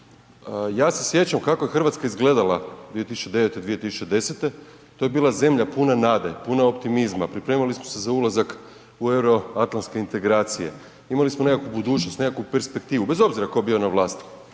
Ja se sjećam kako je Hrvatska izgledala 2009., 2010., to je bila zemlja puna nade, puna optimizma, pripremali smo se za ulazak u euroatlantske integracije, imali smo nekakvu budućnost, nekakvu perspektivu bez obzira tko bio na vlasti,